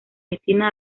destina